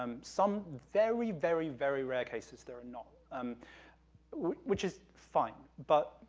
um some very, very, very rare cases, there are not, um which is fine, but,